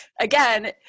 again